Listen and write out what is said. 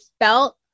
felt